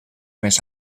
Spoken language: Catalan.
més